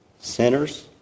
sinners